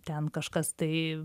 ten kažkas tai